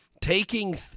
taking